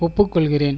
ஒப்புக்கொள்கிறேன்